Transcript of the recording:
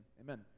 amen